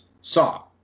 saw